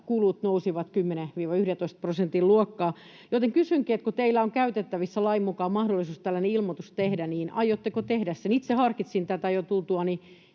kulut nousivat 10—11 prosentin luokkaa, joten kysynkin, että kun teillä on käytettävissä lain mukaan mahdollisuus tällainen ilmoitus tehdä, niin aiotteko tehdä sen. Itse harkitsin tätä jo tultuani